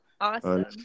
Awesome